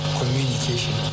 communication